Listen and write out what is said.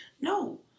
No